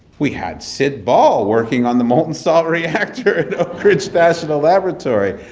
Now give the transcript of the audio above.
we had sid ball working on the molten-salt reactor at oak ridge national laboratory!